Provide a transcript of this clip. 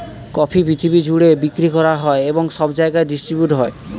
coffee পৃথিবী জুড়ে বিক্রি করা হয় এবং সব জায়গায় ডিস্ট্রিবিউট হয়